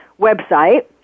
website